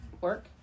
work